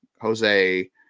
Jose